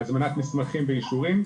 הזמנת מסמכים ואישורים,